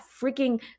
freaking